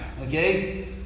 okay